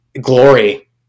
glory